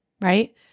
right